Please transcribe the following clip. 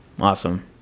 Awesome